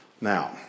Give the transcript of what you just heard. Now